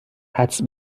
حدس